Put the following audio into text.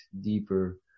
deeper